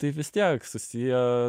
tai vis tiek susiję